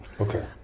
Okay